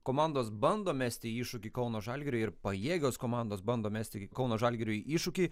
komandos bando mesti iššūkį kauno žalgiriui ir pajėgios komandos bando mesti kauno žalgiriui iššūkį